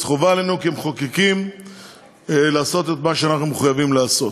אז חובה עלינו כמחוקקים לעשות את מה שאנחנו מחויבים לעשות.